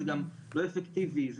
זה גם לא אפקטיבי,